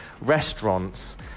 restaurants